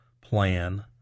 plan